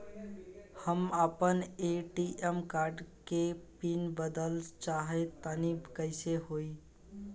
हम आपन ATM card के पीन बदलल चाहऽ तनि कइसे होई?